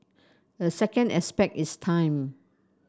a second aspect is time